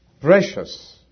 precious